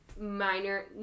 minor